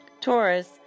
Taurus